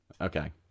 Okay